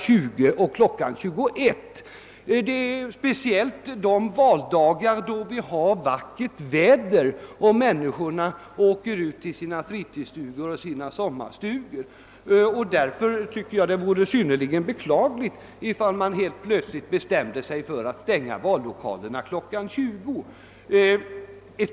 20 och 21, i synnerhet under valdagar med vackert väder, då människorna varit ute vid sina fritidsoch sommarstugor. Det vore därför synnerligen beklagligt om vi nu helt plötsligt bestämde oss för att stänga vallokalerna kl. 20.